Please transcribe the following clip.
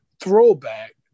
throwback